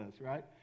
right